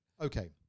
Okay